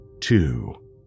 two